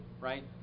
right